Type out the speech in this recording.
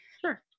Sure